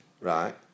right